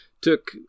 took